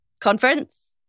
conference